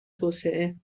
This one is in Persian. توسعه